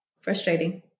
Frustrating